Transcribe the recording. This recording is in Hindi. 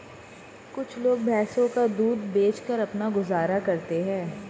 कुछ लोग भैंस का दूध बेचकर अपना गुजारा करते हैं